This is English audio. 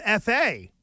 FA